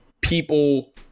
people